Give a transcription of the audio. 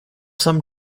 some